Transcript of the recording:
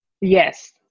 Yes